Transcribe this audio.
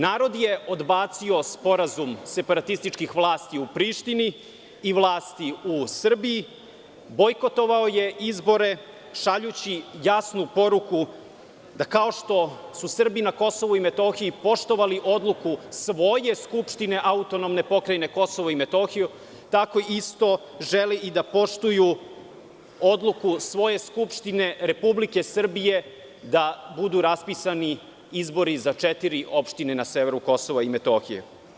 Narod je odbacio sporazum separatističkih vlasti u Prištini i vlasti u Srbiji, bojkotovao je izbore, šaljući jasnu poruku da kao što su Srbi na Kosovu i Metohiji poštovali odluku svoje Skupštine AP Kosovo i Metohije, tako isto žele da poštuju odluku svoje Skupštine Republike Srbije da budu raspisani izbori za četiri opštine na severu Kosova i Metohije.